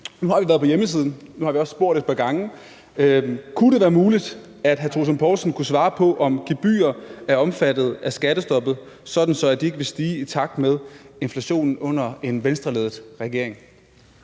nu har vi været på hjemmesiden, og nu har vi også spurgt et par gange: Kunne det være muligt, at hr. Troels Lund Poulsen kunne svare på, om gebyrer er omfattet af skattestoppet, sådan at de ikke vil stige i takt med inflationen under en Venstreledet regering?